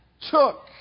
took